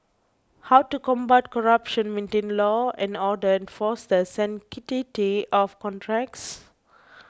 how to combat corruption maintain law and order enforce the sanctity of contracts